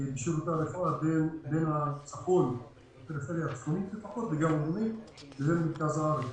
בשירותי הרפואה בין הפריפריה הצפונית והדרומית למרכז הארץ.